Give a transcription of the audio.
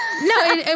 No